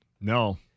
No